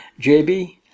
JB